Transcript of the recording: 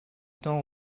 temps